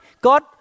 God